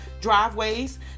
driveways